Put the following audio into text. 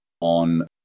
on